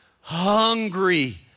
hungry